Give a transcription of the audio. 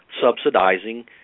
subsidizing